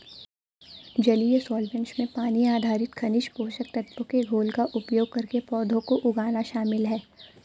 जलीय सॉल्वैंट्स में पानी आधारित खनिज पोषक तत्वों के घोल का उपयोग करके पौधों को उगाना शामिल है